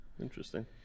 interesting